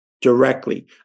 directly